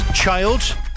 child